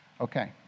Okay